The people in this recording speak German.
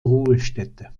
ruhestätte